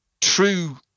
true